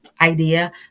idea